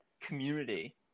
community